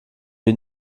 wie